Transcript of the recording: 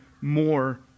more